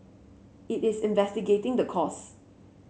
it is investigating the cause